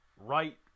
right